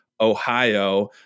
Ohio